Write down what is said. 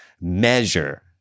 measure